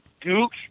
Duke